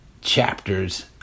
chapters